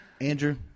andrew